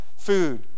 food